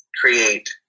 create